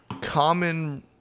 common